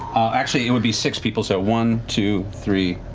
actually, it would be six people, so one, two, three,